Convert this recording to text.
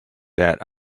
that